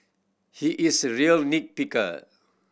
he is a real nit picker